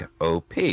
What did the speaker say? OP